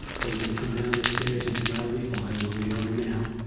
but when you come down the stairs or to gallery five where we are now,